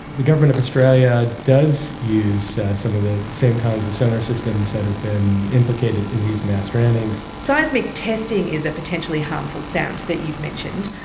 the government of australia does use some of the same kinds of sonar systems that have been implicated in these mass strandings. seismic testing is a potentially harmful sound that you've mentioned.